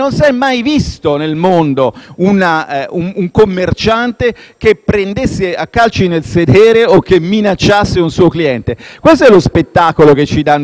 che prendesse a calci nel sedere o che minacciasse un suo cliente. Questo è lo spettacolo che ci danno i nostri fratelli tedeschi, con i quali allearsi qualche